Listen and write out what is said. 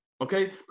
Okay